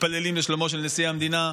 מתפללים לשלומו של נשיא המדינה.